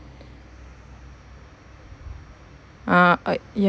ah !oi!